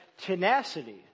tenacity